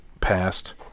passed